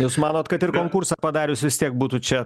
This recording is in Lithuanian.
jūs manot kad ir konkursą padarius vis tiek būtų čia